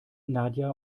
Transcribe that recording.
nadja